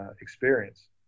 experience